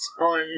on